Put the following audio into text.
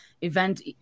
event